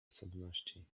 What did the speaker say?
osobności